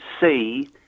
see